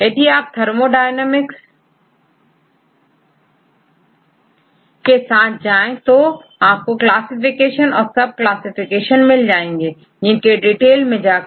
जैसे यदि थर्मोडायनेमिक्स पर जाएं तो पुनः क्लासिफिकेशन और सब क्लासिफिकेशन का बहुत सारा डाटा मिल जाएगा